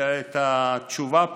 התשובה פה.